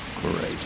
great